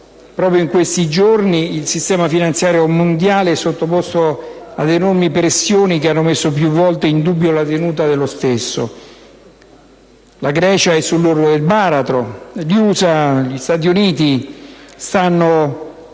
proprio in questi giorni il sistema finanziario mondiale è sottoposto ad enormi pressioni, che ne hanno messo più volte in dubbio la tenuta. La Grecia è sull'orlo del baratro, gli Usa stanno